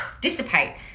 dissipate